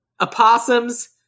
Opossums